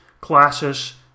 classes